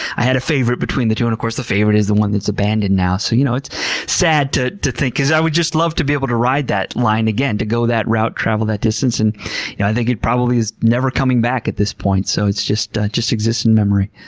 i had a favorite between the two and of course, the favorite is the one that's abandoned now. so, you know, it's sad to to think because i would just love to be able to ride that line again, to go that route, travel that distance. and you know i think it probably is never coming back at this point, so it just just exists in memory.